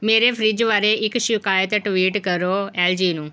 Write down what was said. ਮੇਰੇ ਫਰਿੱਜ ਬਾਰੇ ਇੱਕ ਸ਼ਿਕਾਇਤ ਟਵੀਟ ਕਰੋ ਐਲ ਜੀ ਨੂੰ